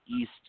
East